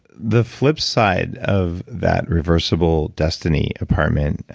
the flip side of that reversible destiny apartment,